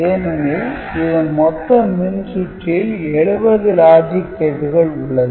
ஏனெனில் இதன் மொத்த மின்சுற்றில் 70 லாஜிக் கேட்டுகள் உள்ளது